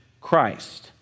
Christ